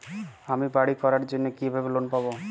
আমি বাড়ি করার জন্য কিভাবে লোন পাব?